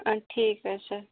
اچھا ٹھیٖک حظ چھُ